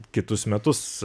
kitus metus